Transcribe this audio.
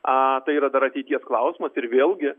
a tai yra dar ateities klausimas ir vėlgi